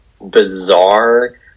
bizarre